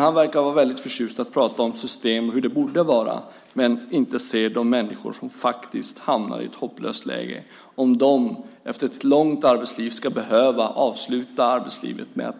Han verkar vara väldigt förtjust i att prata om system och hur det borde vara men ser inte de människor som faktiskt hamnar i ett hopplöst läge om de efter ett långt arbetsliv ska behöva avsluta det med att